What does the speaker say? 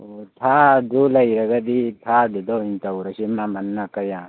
ꯑꯣ ꯊꯥꯔꯗꯨ ꯂꯩꯔꯒꯗꯤ ꯊꯥꯔꯗꯨꯗ ꯑꯣꯏꯅ ꯇꯧꯔꯁꯤ ꯃꯃꯝꯜꯅ ꯀꯌꯥ